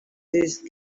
these